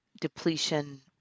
depletion